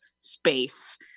space